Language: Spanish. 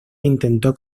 intentó